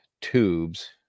tubes